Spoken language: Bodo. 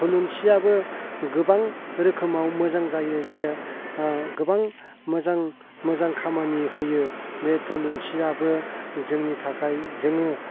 थुलुंसियाबो गोबां रोखोमाव मोजां जायो जे गोबां मोजां मोजां खामानि होयो बे थुलुंसियाबो जोंनि थाखाय जोङो